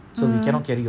mmhmm